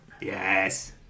Yes